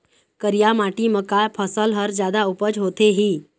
करिया माटी म का फसल हर जादा उपज होथे ही?